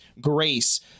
grace